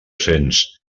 cents